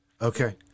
Okay